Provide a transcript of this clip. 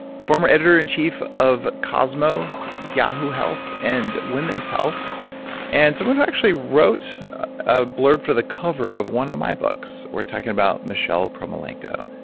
former editor in chief of cosmo, yahoo health and women's health and someone who actually wrote a blurb for the cover of one of my books we're talking about michelle promaulayko.